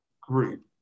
group